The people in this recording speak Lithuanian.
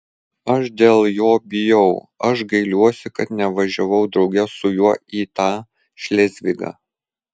aš dėl jo bijau aš gailiuosi kad nevažiavau drauge su juo į tą šlėzvigą